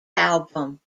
album